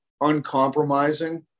uncompromising